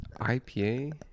IPA